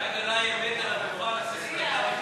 קריאת ביניים, מתפוצצת.